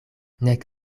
nek